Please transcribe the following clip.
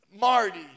Marty